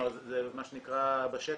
זה מה שנקרא בשטח,